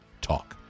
TALK